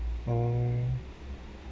oh